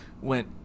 went